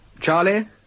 Charlie